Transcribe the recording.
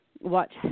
watch